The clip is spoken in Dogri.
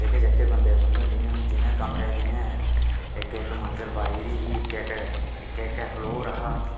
जेह्के जेह्के बंदे मतलब जि'यां हून जि'नें कमरे जि'नें इक्क इक्क मंजल पाई दी ही इक्क इक्क इक्कै इक्कै फ्लोर हा